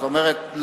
זאת אומרת,